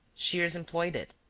shears employed it.